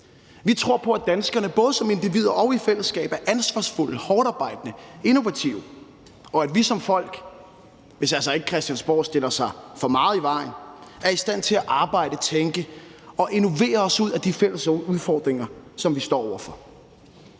Vi tror på, at danskerne både som individer og i fællesskab er ansvarsfulde, hårdtarbejdende, innovative, og at vi som folk, hvis altså ikke Christiansborg stiller sig for meget i vejen, er i stand til at arbejde, tænke og innovere os ud af de fælles udfordringer, vi står over for.